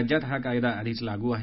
राज्यात हा कायदा आधीच लागू आहे